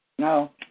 No